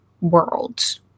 worlds